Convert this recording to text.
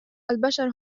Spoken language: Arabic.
البشر